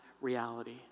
reality